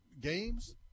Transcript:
games